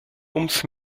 ums